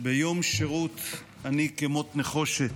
"ביום שירות אני כמוט נחושת,